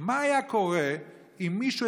מה היה קורה אם מישהו,